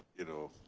you know,